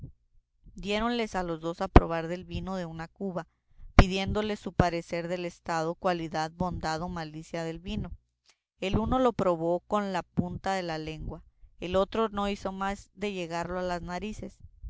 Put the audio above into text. diré diéronles a los dos a probar del vino de una cuba pidiéndoles su parecer del estado cualidad bondad o malicia del vino el uno lo probó con la punta de la lengua el otro no hizo más de llegarlo a las narices